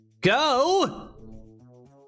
Go